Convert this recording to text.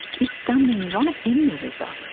is standing right in the river,